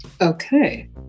Okay